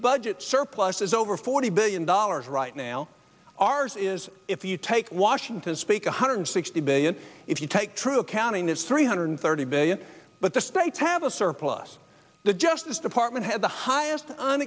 budget surpluses over forty billion dollars right now ours is if you take washington speak one hundred sixty billion if you take true accounting that's three hundred thirty billion but the states have a surplus the justice department has the highest